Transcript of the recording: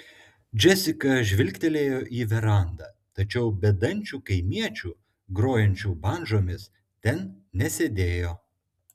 džesika žvilgtelėjo į verandą tačiau bedančių kaimiečių grojančių bandžomis ten nesėdėjo